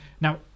Now